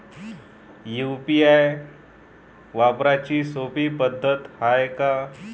UPI वापराची सोपी पद्धत हाय का?